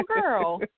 girl